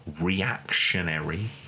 reactionary